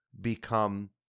become